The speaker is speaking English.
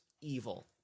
evil